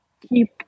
keep